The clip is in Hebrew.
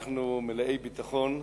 אנחנו מלאי ביטחון בה'